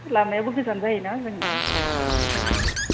लामायाबो गोजान जायो ना जोंना ओंखायनो